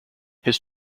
his